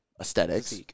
aesthetics